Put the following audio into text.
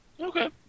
Okay